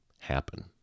Happen